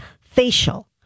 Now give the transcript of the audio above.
facial